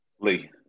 Lee